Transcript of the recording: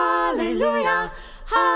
Hallelujah